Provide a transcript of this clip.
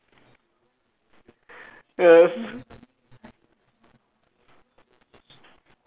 remain young